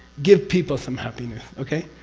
give people some happiness. okay?